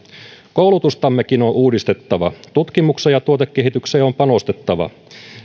koulutustammekin on uudistettava tutkimukseen ja tuotekehitykseen on panostettava